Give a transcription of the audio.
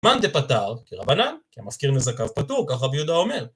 מנטה פטר, כרבנן, כמפקיר מזקף פתור, ככה רבי יהודה אומר.